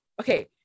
Okay